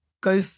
go